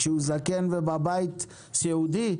כשהוא זקן ובבית סיעודי?